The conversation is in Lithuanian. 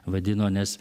vadino nes